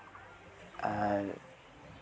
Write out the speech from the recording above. ᱟᱨ